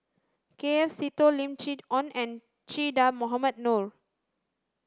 K F Seetoh Lim Chee Onn and Che Dah Mohamed Noor